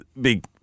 big